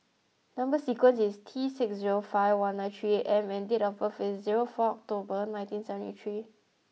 number sequence is T six zero five one nine three M and date of birth is zero four October nineteen seventy three